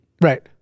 Right